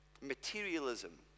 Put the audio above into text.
Materialism